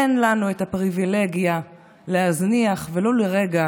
אין לנו את הפריבילגיה להזניח ולו לרגע